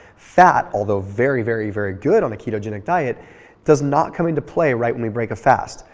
fat, although very, very, very good on the ketogenic diet does not come into play right when we break a fast.